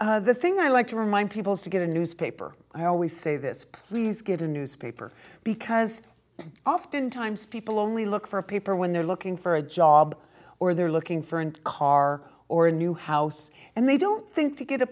also the thing i like to remind people is to get a newspaper i always say this please get a newspaper because oftentimes people only look for a paper when they're looking for a job or they're looking for and car or a new house and they don't think to get a